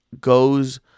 goes